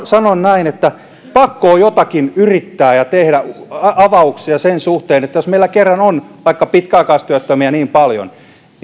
sanon näin että pakko on jotakin yrittää ja tehdä avauksia sen suhteen jos meillä kerran on vaikka pitkäaikaistyöttömiä niin paljon